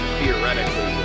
theoretically